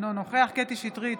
אינו נוכח קטי קטרין שטרית,